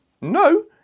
No